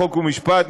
חוק ומשפט,